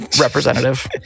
representative